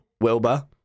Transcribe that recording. Wilbur